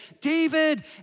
David